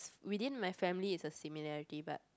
within my family is a similarity but